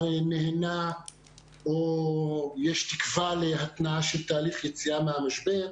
נהנה או יש תקווה להתנעה של יציאה מהמשבר,